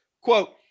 Quote